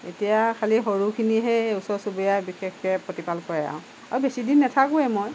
এতিয়া খালি সৰুখিনিহে এই ওচৰ চুবুৰীয়া বিশেষকৈ প্ৰতিপাল কৰে আৰু আৰু বেছি দিন নাথাকোৱেই মই